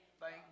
Thank